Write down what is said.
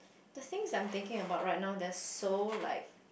the things that I'm thinking about right now they are so like